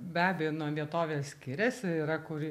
be abejo nuo vietovės skiriasi yra kur